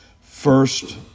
first